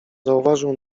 zauważył